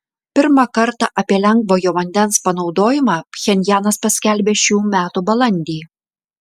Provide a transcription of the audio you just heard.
pirmą kartą apie lengvojo vandens panaudojimą pchenjanas paskelbė šių metų balandį